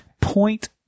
point